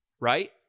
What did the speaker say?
right